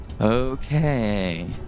Okay